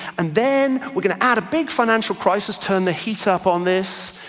and then we're going to add a big financial crisis, turn the heat up on this,